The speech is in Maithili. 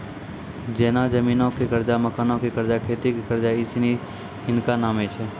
जेना जमीनो के कर्जा, मकानो के कर्जा, खेती के कर्जा इ सिनी हिनका नामे छै